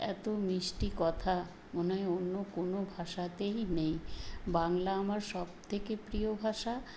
এত মিষ্টি কথা মনে হয় অন্য কোনো ভাষাতেই নেই বাংলা আমার সব থেকে প্রিয় ভাষা